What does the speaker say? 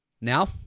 Now